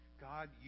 God